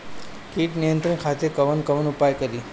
कीट नियंत्रण खातिर कवन कवन उपाय करी?